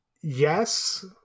yes –